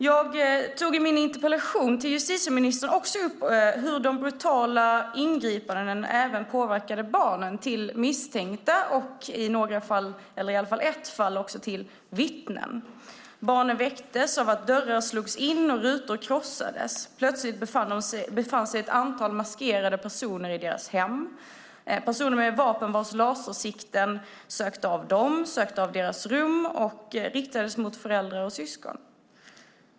Jag tog i min interpellation till justitieministern också upp hur de brutala ingripandena även påverkade barnen till misstänkta och, i åtminstone ett fall, till vittnen. Barnen väcktes av att dörrar slogs in och rutor krossades. Plötsligt befann sig ett antal maskerade personer i deras hem - personer med vapen vars lasersikten sökte av barnen och deras rum och riktades mot föräldrar och syskon.